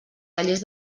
tallers